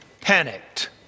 panicked